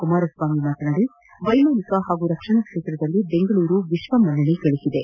ಕುಮಾರಸ್ವಾಮಿ ಮಾತನಾಡಿ ವೈಮಾನಿಕ ಹಾಗೂ ರಕ್ಷಣಾ ಕ್ಷೇತ್ರದಲ್ಲಿ ಬೆಂಗಳೂರು ವಿಶ್ವ ಮನ್ನಣೆ ಗಳಿಸಿದೆ